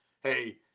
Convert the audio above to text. Hey